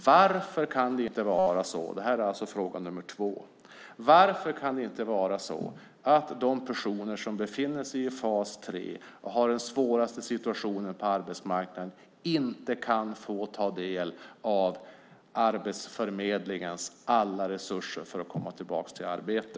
Varför kan inte de personer som befinner sig i fas 3, har den svåraste situationen på arbetsmarknaden, få ta del av Arbetsförmedlingens alla resurser för att komma tillbaka till arbete?